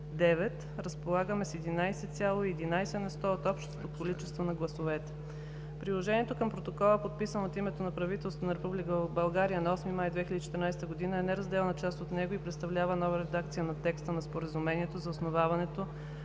(9), разполагаме с 11,11 на сто от общото количество на гласовете. Приложението към Протокола, подписан от името на правителството на Република България на 8 май 2014 г., е неразделна част от него и представлява нова редакция на текста на Споразумението за основаването